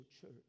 church